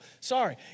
Sorry